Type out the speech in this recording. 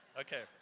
Okay